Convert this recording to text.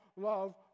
love